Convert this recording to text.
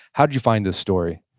how did you find this story?